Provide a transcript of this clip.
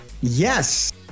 Yes